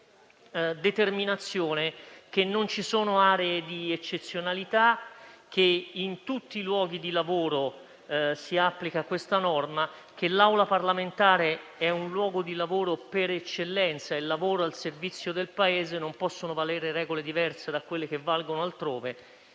determinazione che non ci sono aree di eccezionalità, che in tutti i luoghi di lavoro si applica questa norma, che l'Aula parlamentare è un luogo di lavoro per eccellenza (il lavoro al servizio del Paese) e che qui non possono valere regole diverse da quelle che valgono altrove.